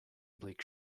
bleak